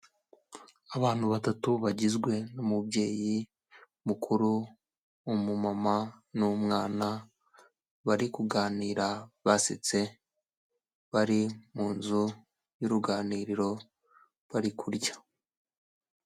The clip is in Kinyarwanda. Abantu batatu bagizwe n'umubyeyi mukuru , umumama n'umwana bari kuganira basetse bari mu nzu y'uruganiriro bari kurya.